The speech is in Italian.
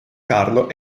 carlo